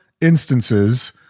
instances